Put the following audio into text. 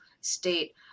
state